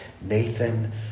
Nathan